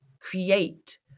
create